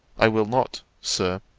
i will not, sir,